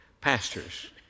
pastors